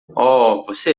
você